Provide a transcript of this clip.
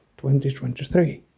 2023